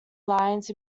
lines